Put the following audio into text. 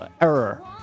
error